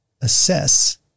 assess